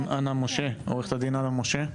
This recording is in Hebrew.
עו"ד אנה משה.